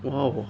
!wow!